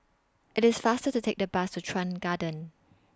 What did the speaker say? IT IS faster to Take The Bus to Chuan Garden